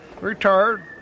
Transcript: Retired